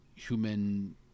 human